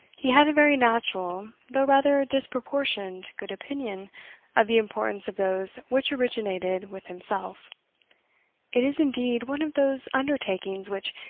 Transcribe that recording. he had a very natural, though rather disproportioned good opinion of the importance of those which originated with himself it is indeed one of those undertakings which,